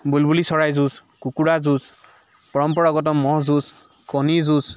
বুলবুলি চৰাই যুঁজ কুকুৰা যুঁজ পৰম্পৰাগত ম'হ যুঁজ কণী যুঁজ